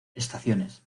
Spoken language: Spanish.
estaciones